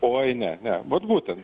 oi ne ne vat būtent